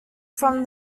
from